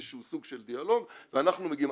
שהוא סוג של דיאלוג ואנחנו מגיעים.